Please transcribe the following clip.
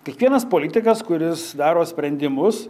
kiekvienas politikas kuris daro sprendimus